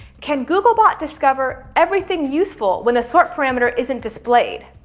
can googlebot discover everything useful when the sort parameter isn't displayed?